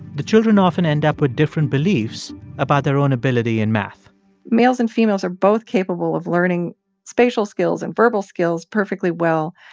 the children often end up with different beliefs about their own ability in math males and females are both capable of learning spatial skills and verbal skills perfectly well.